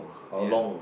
ya